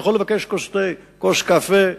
הוא יכול לבקש כוס תה, כוס קפה,